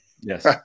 Yes